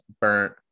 Burnt